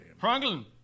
Franklin